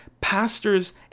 pastor's